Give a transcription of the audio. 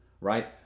right